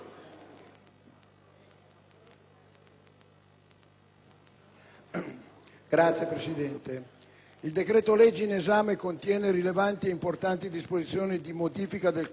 Signor Presidente, il decreto-legge in esame contiene rilevanti e importanti disposizioni di modifica del codice dell'ambiente.